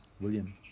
William